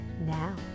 Now